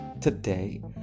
today